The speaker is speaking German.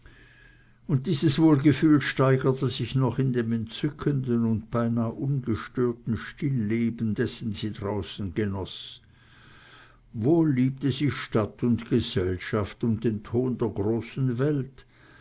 und dieses wohlgefühl steigerte sich noch in dem entzückenden und beinah ungestörten stilleben dessen sie draußen genoß wohl liebte sie stadt und gesellschaft und den ton der großen welt